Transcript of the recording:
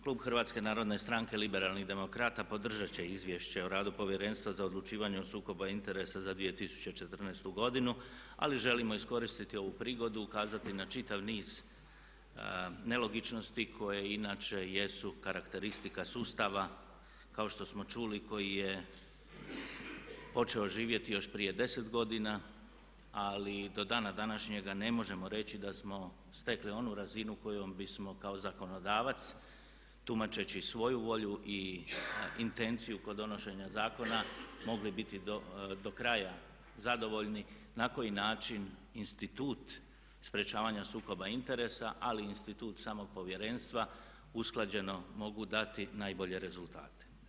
Klub HNS-a podržat će Izvješće o radu Povjerenstva za odlučivanje o sukobu interesa za 2014. godinu, ali želimo iskoristiti ovu prigodu i ukazati na čitav niz nelogičnosti koje inače jesu karakteristika sustava kao što smo čuli koji je počeo živjeti još prije 10 godina ali do dana današnjega ne možemo reći da smo stekli onu razinu kojom bismo kao zakonodavac tumačeći svoju volju i intenciju kod donošenja zakona mogli biti do kraja zadovoljni na koji način institut sprječavanja sukoba interesa ali i institut samog povjerenstva usklađeno mogu dati najbolje rezultate.